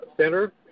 Center